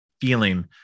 feeling